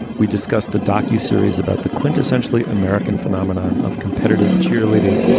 we discussed the docu series about the quintessentially american phenomenon of competitive cheerleading.